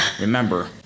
Remember